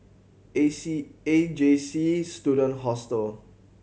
A C A J C Student Hostel